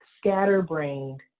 scatterbrained